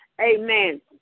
Amen